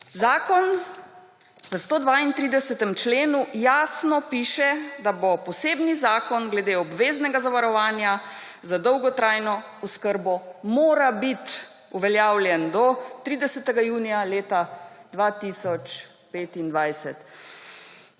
Zakon v 132. členu jasno piše, da bo posebni zakon glede obveznega zavarovanja za dolgotrajno oskrbo, mora biti uveljavljen do 30. junija leta 2025.